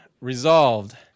Resolved